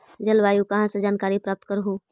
जलवायु कहा से जानकारी प्राप्त करहू?